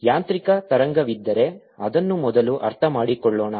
ಯಾಂತ್ರಿಕ ತರಂಗವಿದ್ದರೆ ಅದನ್ನು ಮೊದಲು ಅರ್ಥಮಾಡಿಕೊಳ್ಳೋಣ